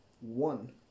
One